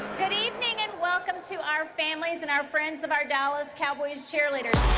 good evening and welcome to our families and our friends of our dallas cowboys cheerleaders.